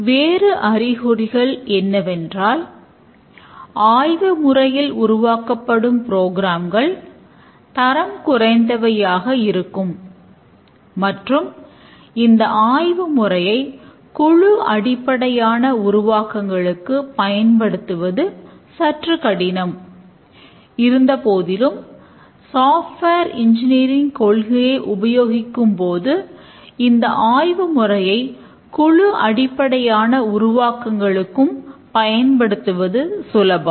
வேறு அறிகுறிகள் என்னவென்றால் ஆய்வு முறையில் உருவாக்கப்படும் ப்ரோக்ராம்கள் கொள்கையை உபயோகிக்கும் போது இந்த ஆய்வு முறையை குழு அடிப்படையான உருவாக்கங்களுக்கு பயன்படுத்துவது சுலபம்